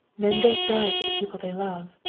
men don't die for the people they love.